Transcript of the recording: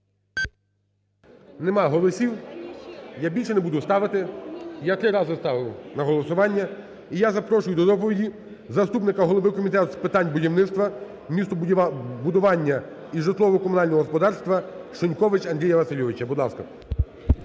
Нема голосів. Я більше не буду ставити, я три рази ставив на голосування. І я запрошую до доповіді заступника голови Комітету з питань будівництва, містобудування і житлово-комунального господарства Шиньковича Андрія Васильовича, будь ласка.